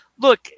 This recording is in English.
look